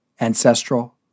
ancestral